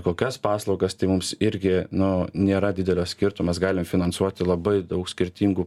kokias paslaugas tai mums irgi nu nėra didelio skirtum mes galim finansuoti labai daug skirtingų